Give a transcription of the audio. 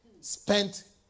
spent